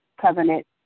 covenant